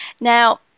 now